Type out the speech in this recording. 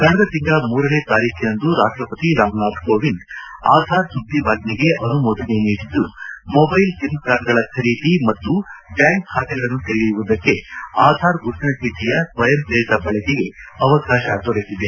ಕಳೆದ ತಿಂಗಳ ಮೂರನೇ ತಾರೀಖಿನಂದು ರಾಷ್ಟಪತಿ ರಾಮನಾಥ್ ಕೋವಿಂದ್ ಆಧಾರ್ ಸುಗ್ರೀವಾಜ್ವಗೆ ಅನುಮೋದನೆ ನೀಡಿದ್ದು ಮೊಬೈಲ್ ಸಿಮ್ ಕಾರ್ಡ್ಗಳ ಖರೀದಿ ಮತ್ತು ಬ್ಯಾಂಕ್ ಖಾತೆಗಳನ್ನು ತೆರೆಯುವುದಕ್ಕೆ ಆಧಾರ್ ಗುರುತಿನ ಚೀಟಿಯ ಸ್ವಯಂಪ್ರೇರಿತ ಬಳಕೆಗೆ ಅವಕಾಶ ದೊರೆತಿದೆ